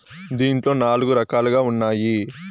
దీంట్లో నాలుగు రకాలుగా ఉన్నాయి